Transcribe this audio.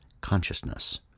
consciousness